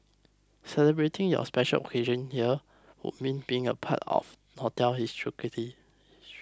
celebrating your special occasions here would mean being a part of hotel